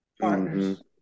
partners